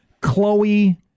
Chloe